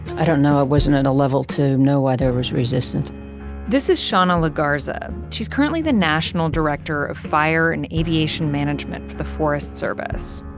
i don't know, i wasn't at and a level to know why there was resistance this is shawna legarza. she's currently the national director of fire and aviation management for the forest service.